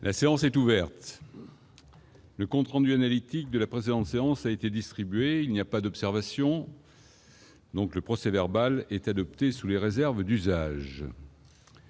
La séance est ouverte.. Le compte rendu analytique de la précédente séance a été distribué. Il n'y a pas d'observation ?... Le procès-verbal est adopté sous les réserves d'usage.